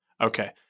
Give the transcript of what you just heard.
Okay